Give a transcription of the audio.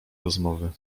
rozmowy